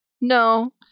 no